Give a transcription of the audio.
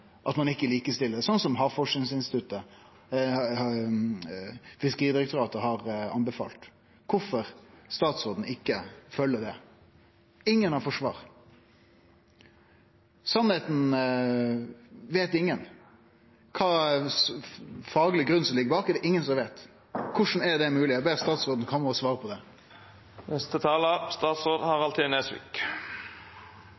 at ein ikkje likestiller det, slik Fiskeridirektoratet har tilrådd. Kvifor følgjer ikkje statsråden det? Ingen har fått svar. Sanninga veit ingen. Kva fagleg grunn som ligg bak, er det ingen som veit. Korleis er det mogleg? Eg ber statsråden kome og svare på